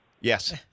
Yes